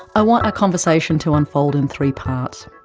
i want our conversation to unfold in three parts.